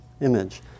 image